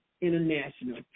International